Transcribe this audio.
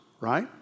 right